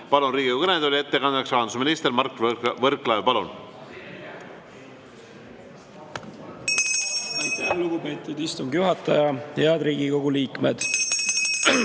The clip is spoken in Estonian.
Palun Riigikogu kõnetooli ettekandeks rahandusminister Mart Võrklaeva. Palun!